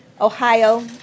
Ohio